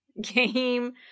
game